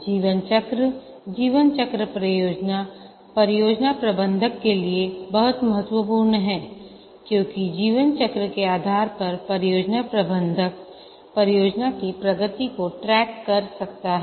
जीवन चक्र जीवन चक्र परियोजना परियोजना प्रबंधक के लिए बहुत महत्वपूर्ण है क्योंकि जीवन चक्र के आधार पर परियोजना प्रबंधक परियोजना की प्रगति को ट्रैक कर सकता है